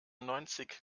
neunzig